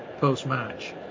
post-match